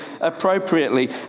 appropriately